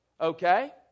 okay